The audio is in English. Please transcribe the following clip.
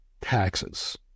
taxes